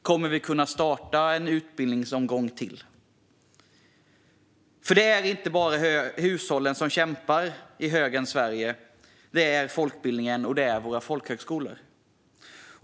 Kommer vi att kunna starta en utbildningsomgång till? Det är inte bara hushållen som kämpar i högerns Sverige. Det är också folkbildningen och våra folkhögskolor.